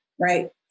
right